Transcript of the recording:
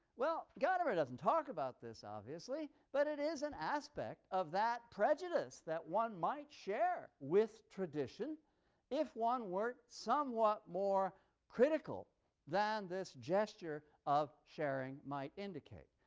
well, gadamer doesn't talk about this obviously, but it is an aspect of that prejudice that one might share with tradition if one weren't somewhat more critical than this gesture of sharing might indicate.